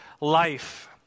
life